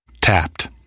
Tapped